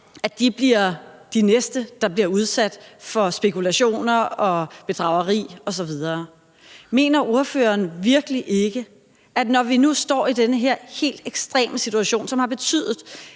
op om, bliver de næste, der bliver udsat for spekulation og bedrageri osv. Mener ordføreren virkelig ikke, når vi nu står i den her helt ekstreme situation, som har betydet,